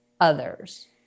others